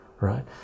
Right